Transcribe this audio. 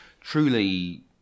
truly